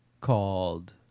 called